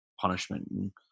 punishment